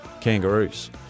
kangaroos